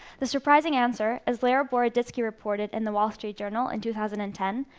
the surprising answer, as lera boroditsky reported in the wall street journal in two thousand and ten,